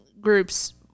groups